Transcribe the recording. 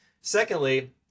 Secondly